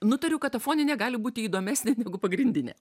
nutariau kad ta foninė gali būti įdomesnė negu pagrindinė